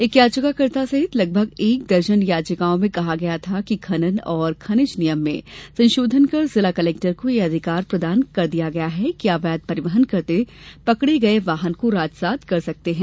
एक याचिकाकर्ता सहित लगभग एक दर्जन याचिकाओं की सुनवाई में कहा गया था कि खनन और खनिज नियम में संशोधन कर जिला कलेक्टर को यह अधिकार प्रदान कर दिया है कि अवैध परिवहन करते पकडे गये वाहन को राजसात कर सकते है